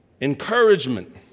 Encouragement